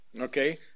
okay